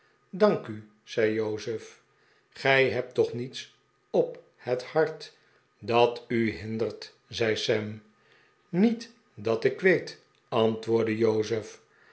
dank u zei jozef gij hebt toch niets op het hart dat u hindert zei sam niet dat ik weet antwoordde